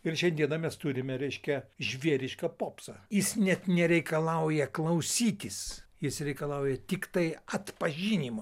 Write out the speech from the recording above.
ir šiandieną mes turime reiškia žvėrišką popsą jis net nereikalauja klausytis jis reikalauja tiktai atpažinimo